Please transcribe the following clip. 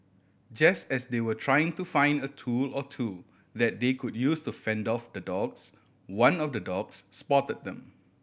just as they were trying to find a tool or two that they could use to fend off the dogs one of the dogs spot them